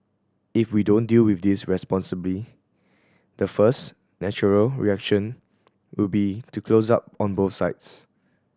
if we don't deal with this responsibly the first natural reaction will be to close up on both sides